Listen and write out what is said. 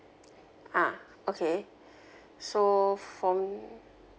ah okay so from